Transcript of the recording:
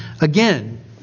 again